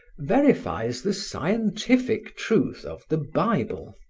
verifies the scientific truth of the bible.